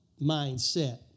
mindset